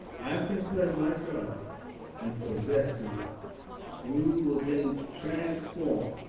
i can play my drum and possess and you. you will then transform.